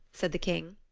said the king.